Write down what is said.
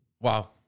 Wow